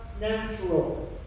natural